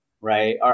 right